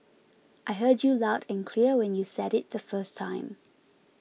I heard you loud and clear when you said it the first time